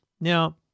Now